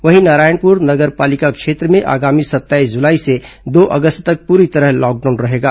वहीं नारायणपुर नगर पालिका क्षेत्र में आगामी सत्ताईस जुलाई से दो अगस्त तक पूरी तरह लॉकडाउन रहेगा